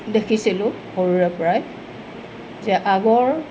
দেখিছিলোঁ সৰুৰে পৰাই যে আগৰ